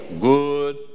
good